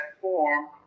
form